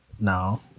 now